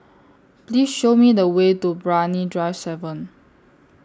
Please Show Me The Way to Brani Drive seven